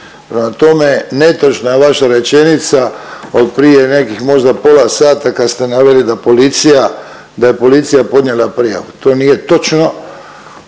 tome, netočna je vaša rečenica od prije nekih možda pola sata kad ste naveli da policija, da je policija podnijela prijavu. To nije točno.